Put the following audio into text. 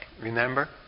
Remember